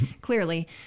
clearly